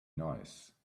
nice